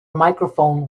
microphone